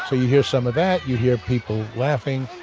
ah you hear some of that. you hear people laughing.